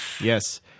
Yes